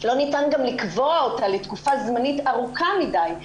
לא ניתן גם לקבוע אותה לתקופה זמנית ארוכה מדי.